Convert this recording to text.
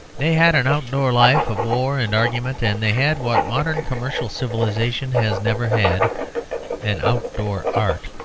they had an outdoor life of war and argument, and they had what modern commercial civilization has never had an outdoor art.